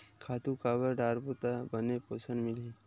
खातु काबर डारबो त बने पोषण मिलही?